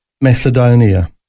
Macedonia